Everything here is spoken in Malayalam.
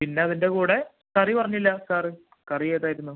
പിന്നെ അതിൻ്റെ കൂടെ കറി പറഞ്ഞില്ല സാറ് കറി ഏതായിരുന്നു